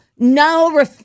No